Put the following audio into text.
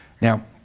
Now